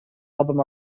album